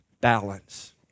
balance